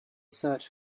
search